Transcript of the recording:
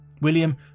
William